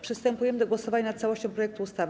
Przystępujemy do głosowania nad całością projektu ustawy.